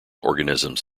organisms